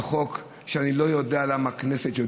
זה חוק שאני לא יודע למה הכנסת,